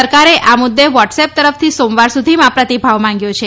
સરકારે આ મુદ્દે વોટ્સએપ તરફથી સોમવાર સુધીમાં પ્રતિભાવ માગ્યો છે